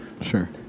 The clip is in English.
Sure